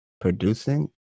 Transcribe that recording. producing